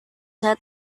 saya